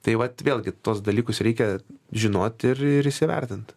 tai vat vėlgi tuos dalykus reikia žinot ir ir įsivertint